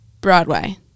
Broadway